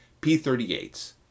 P-38s